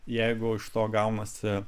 jeigu iš to gaunasi